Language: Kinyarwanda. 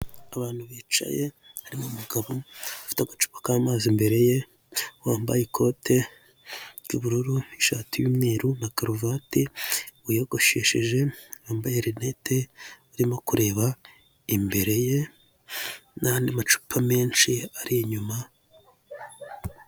Abantu bicaye harimo umugabo ufite agacupa k'amazi imbere ye, wambaye ikote ry'ubururu n'ishati y'umweru na karuvati. Wiyogoshesheje wambaye rinete, arimo kureba imbere ye n'andi macupa menshi ari inyuma.